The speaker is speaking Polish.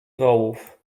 wołów